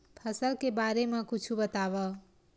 फसल के बारे मा कुछु बतावव